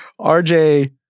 RJ